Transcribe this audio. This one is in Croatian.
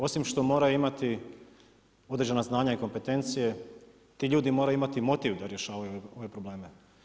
Osim što mora imati određena znanja i kompetencije ti ljudi moraju imati motiv da rješavaju ove problem.